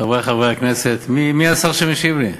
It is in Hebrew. חברי חברי הכנסת, מי השר שמשיב לי?